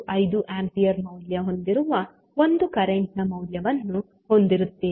5 ampere ಮೌಲ್ಯ ಹೊಂದಿರುವ ಒಂದು ಕರೆಂಟ್ ನ ಮೂಲವನ್ನು ಹೊಂದಿರುತ್ತೀರಿ